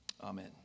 Amen